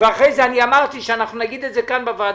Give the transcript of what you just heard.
ואחרי זה אני אמרתי שאנחנו נגיד את זה כאן בוועדה.